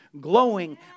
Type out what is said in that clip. glowing